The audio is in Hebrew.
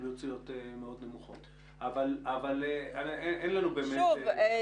לרזולוציות מאוד נמוכות אבל אין לנו באמת -- שוב,